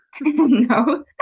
No